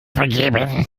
vergeben